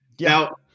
now